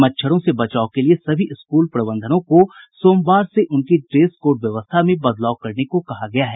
मच्छरों से बचाव के लिए सभी स्कूल प्रबंधनों को सोमवार से उनकी ड्रेस कोड व्यवस्था में बदलाव करने को कहा गया है